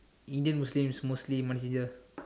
Indian Muslim is mostly money changer